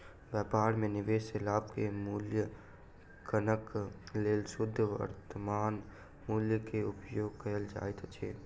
व्यापार में निवेश सॅ लाभ के मूल्याङकनक लेल शुद्ध वर्त्तमान मूल्य के उपयोग कयल जाइत अछि